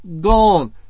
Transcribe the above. gone